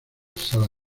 sala